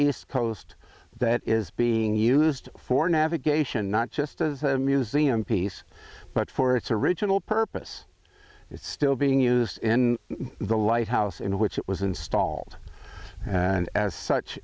east coast that is being used for navigation not just as a museum piece but for its original purpose it's still being used in the lighthouse in which it was installed and as such